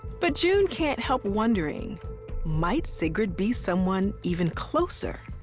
but june can't help wondering might sigrid be someone even closer?